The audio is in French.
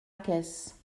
caisse